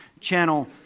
Channel